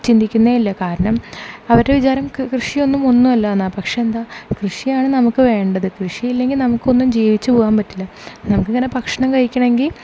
ചിന്തിക്കുന്നേയില്ല കാരണം അവരുടെ വിചാരം കൃഷിയൊന്നും ഒന്നും അല്ല എന്നാണ് പക്ഷേ എന്താണ് കൃഷിയാണ് നമുക്ക് വേണ്ടത് കൃഷിയില്ലെങ്കിൽ നമുക്കൊന്നും ജീവിച്ച് പോകാൻ പറ്റില്ല നമുക്ക് ഇങ്ങനെ ഭക്ഷണം കഴിക്കണമെങ്കിൽ